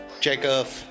Jacob